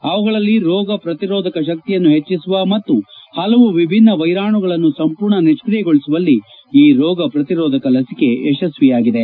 ಅವುಗಳಲ್ಲಿ ರೋಗ ಪ್ರತಿರೋಧಕ ಶಕ್ತಿಯನ್ನು ಹೆಚ್ಚಿಸುವ ಮತ್ತು ಹಲವು ವಿಭಿನ್ನ ವೈರಾಣುಗಳನ್ನು ಸಂಪೂರ್ಣ ನಿತಿಯಗೊಳಿಸುವಲ್ಲಿ ಈ ರೋಗ ಪ್ರತಿರೋಧಕ ಲಸಿಕೆ ಯಶಸ್ತಿಯಾಗಿದೆ